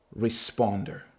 responder